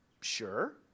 sure